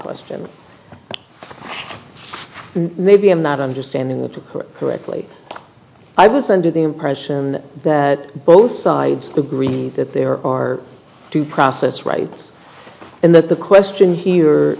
question and maybe i'm not understanding that to get to italy i was under the impression that both sides agree that there are due process rights and that the question here